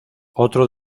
otro